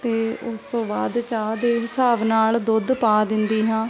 ਅਤੇ ਉਸ ਤੋਂ ਬਾਅਦ ਚਾਹ ਦੇ ਹਿਸਾਬ ਨਾਲ ਦੁੱਧ ਪਾ ਦਿੰਦੀ ਹਾਂ